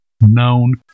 known